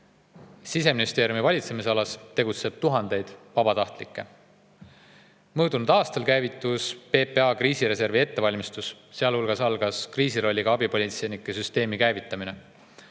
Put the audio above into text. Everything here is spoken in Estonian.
Siseministeeriumi valitsemisalas tegutseb tuhandeid vabatahtlikke. Möödunud aastal käivitus PPA kriisireservi ettevalmistus, sealhulgas algas kriisirolliga abipolitseinike süsteemi käivitamine.